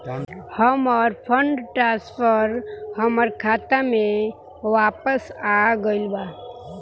हमर fund transfer हमर खाता में वापस आ गईल बा